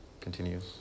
continues